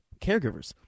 caregivers